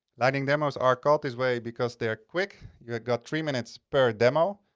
lightning demos are called this way, because they're quick you got three minutes per demo.